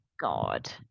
God